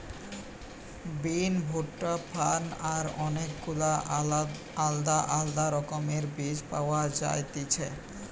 বিন, ভুট্টা, ফার্ন আর অনেক গুলা আলদা আলদা রকমের বীজ পাওয়া যায়তিছে